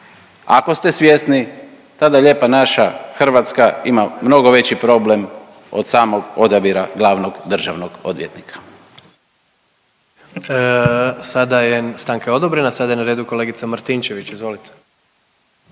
ako ste svjesni tada lijepa naša Hrvatska ima mnogo veći problem od samog odabira glavnog državnog odvjetnika.